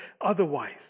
otherwise